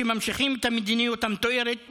שממשיכים את המדיניות המתוארת,